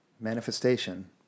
manifestation